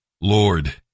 Lord